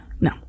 no